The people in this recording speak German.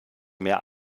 mehr